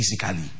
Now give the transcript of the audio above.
physically